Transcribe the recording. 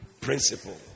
principle